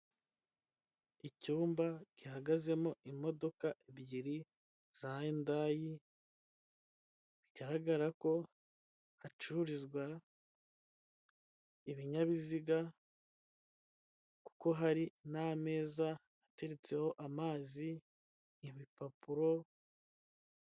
Icyumba gihagazemo imodoka ebyiri za yundayi bigaragara ko hacururizwa ibinyabiziga kuko hari n'ameza ateretseho amazi, ibipapuro.